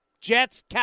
Jets